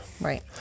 Right